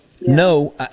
no